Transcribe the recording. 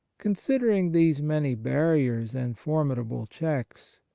considering these many barriers and for midable checks,